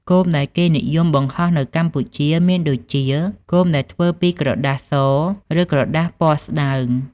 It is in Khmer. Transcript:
គោមដែលគេនិយមបង្ហោះនៅកម្ពុជាមានដូចជា គោមដែលធ្វើពីក្រដាសស ឬក្រដាសពណ៌ស្តើង។